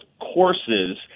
courses